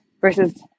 versus